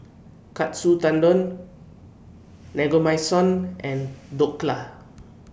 Katsu Tendon Naengmyeon and Dhokla